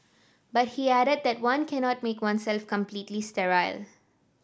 but he added that one cannot make oneself completely sterile